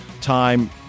time